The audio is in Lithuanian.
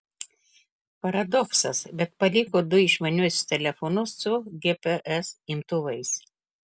paradoksas bet paliko du išmaniuosius telefonus su gps imtuvais